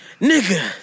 Nigga